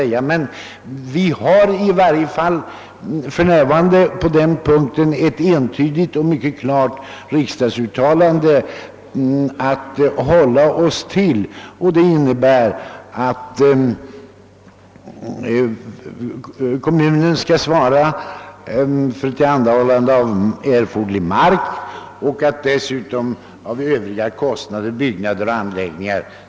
Vi har emellertid på den punkten ett entydigt och mycket klart riksdagsuttalande att hålla oss till, och det innebär att kommunen skall svara för tillhandahållande av erforderlig mark och för 37,5 procent av kostnaderna för byggnader och anläggningar.